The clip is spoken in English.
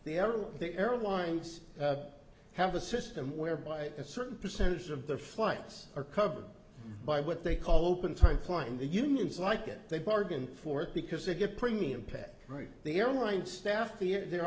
the airlines have a system whereby a certain percentage of the flights are covered by what they call open tipline the unions like it they bargain for it because they get premium pet right the airline staff the